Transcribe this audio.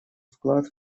вклад